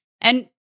And-